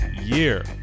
Year